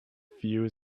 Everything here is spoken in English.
few